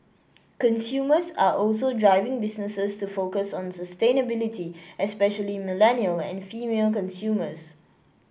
consumers are also driving businesses to focus on sustainability especially millennial and female consumers